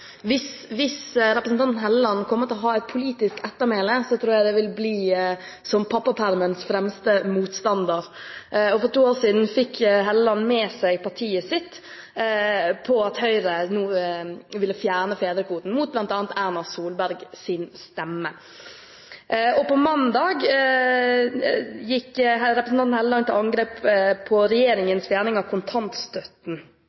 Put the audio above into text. Hvis representanten Hofstad Helleland kommer til å ha et politisk ettermæle, tror jeg det vil bli som pappapermens fremste motstander. For ett år siden fikk Hofstad Helleland med seg partiet sitt på at Høyre nå ville fjerne fedrekvoten, mot bl.a. Erna Solbergs stemme. På mandag gikk representanten Hofstad Helleland til angrep på